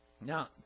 Now